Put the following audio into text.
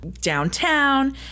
downtown